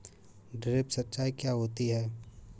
Drip सिंचाई क्या होती हैं?